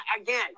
again